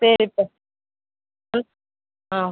சரிப்பா ஆ